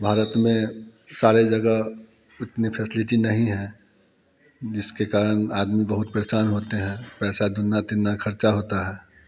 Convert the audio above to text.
भारत में सारी जगह उतनी फैसिलिटी नहीं है जिसके कारण आदमी बहुत परेशान होते हैं पैसा दुगना तिगना ख़र्च होता है